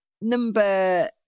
Number